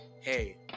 hey